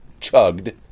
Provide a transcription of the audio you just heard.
Chugged